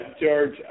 George